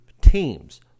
teams